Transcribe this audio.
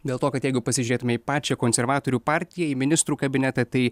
dėl to kad jeigu pasižiūrėtume į pačią konservatorių partiją į ministrų kabinetą tai